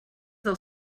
del